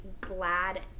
glad